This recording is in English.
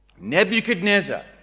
Nebuchadnezzar